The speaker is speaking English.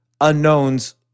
unknowns